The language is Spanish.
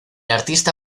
artista